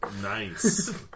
Nice